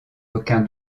aucun